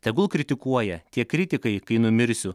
tegul kritikuoja tie kritikai kai numirsiu